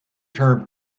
term